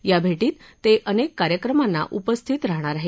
या भेटीत ते अनेक कार्यक्रमांना उपस्थित राहणार आहेत